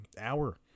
hour